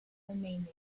meaning